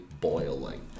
boiling